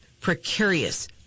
precarious